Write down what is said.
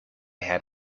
had